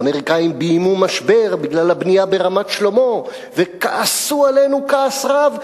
האמריקנים ביימו משבר בגלל הבנייה ברמת-שלמה וכעסו עלינו כעס רב,